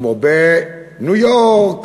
כמו בניו-יורק,